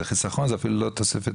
זה חסכון, זו אפילו לא תוספת.